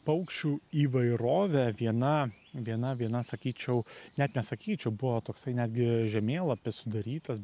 paukščių įvairovė viena viena viena sakyčiau net nesakyčiau buvo toksai netgi žemėlapis sudarytas